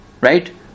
right